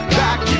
back